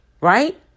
right